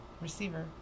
receiver